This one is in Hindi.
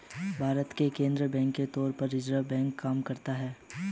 भारत में केंद्रीय बैंक के तौर पर रिज़र्व बैंक काम करता है